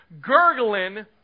gurgling